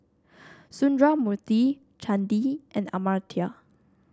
Sundramoorthy Chandi and Amartya